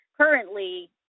currently